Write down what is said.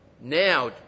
now